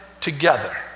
together